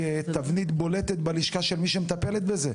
תבנית בולטת בלשכה של מי שמטפלת בזה.